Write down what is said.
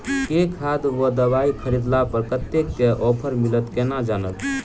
केँ खाद वा दवाई खरीदला पर कतेक केँ ऑफर मिलत केना जानब?